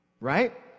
Right